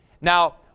Now